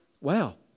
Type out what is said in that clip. wow